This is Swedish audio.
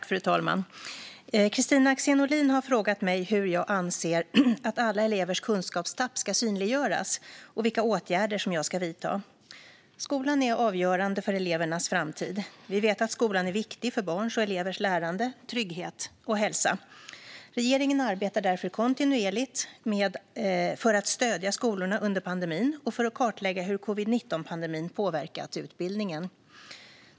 Fru talman! har frågat mig hur jag anser att alla elevers kunskapstapp ska synliggöras, och vilka åtgärder som jag ska vidta. Skolan är avgörande för elevernas framtid. Vi vet att skolan är viktig för barns och elevers lärande, trygghet och hälsa. Regeringen arbetar därför kontinuerligt för att stödja skolorna under pandemin och för att kartlägga hur covid-19-pandemin påverkat utbildningen.